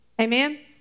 Amen